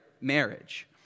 marriage